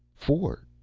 four,